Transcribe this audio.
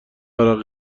عرق